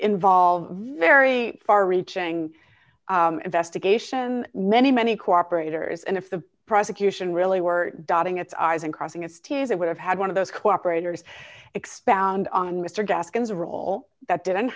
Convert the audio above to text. involve very far reaching investigation many many cooperators and if the prosecution really were dotting its eyes and crossing as to that would have had one of those cooperators expound on mr gaskins role that didn't